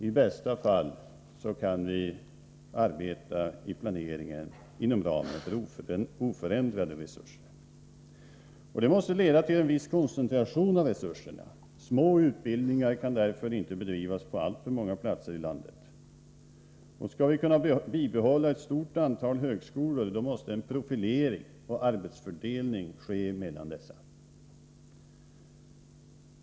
I bästa fall kan vi i planeringen arbeta inom ramen för oförändrade resurser. Detta måste leda till en viss koncentration av resurserna. Små utbildningar kan därför inte bedrivas på alltför många platser i landet. Skall vi kunna bibehålla ett stort antal högskolor, måste profilering och arbetsfördelning ske mellan dessa.